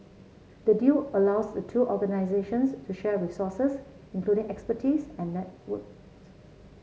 the deal allows the two organisations to share resources including expertise and networks